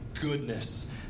goodness